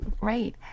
Right